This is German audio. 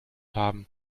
haben